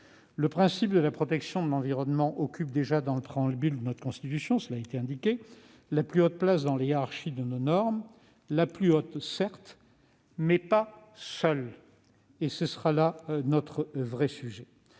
constitutionnel. La protection de l'environnement occupe déjà dans le préambule de notre Constitution, cela a été indiqué, la plus haute place dans la hiérarchie de nos normes : la plus haute, certes, mais pas la seule, et c'est sur ce point que